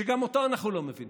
שגם אותו אנחנו לא מבינים,